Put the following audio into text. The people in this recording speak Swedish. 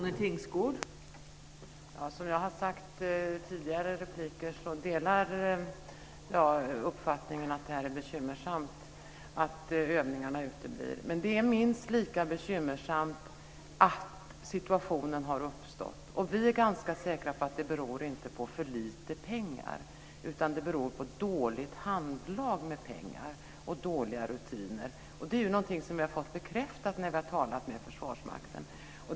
Fru talman! Som jag har sagt i tidigare repliker delar jag uppfattningen att det är bekymmersamt att övningarna uteblir. Men det är minst lika bekymmersamt att situationen har uppstått, och vi är ganska säkra på att det inte beror på för lite pengar utan på dåligt handlag med pengar och dåliga rutiner. Det är också något som vi har fått bekräftat när vi har talat med Försvarsmakten.